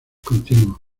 continuo